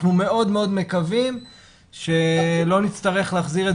אנחנו מאוד מקווים שלא נצטרך להחזיר את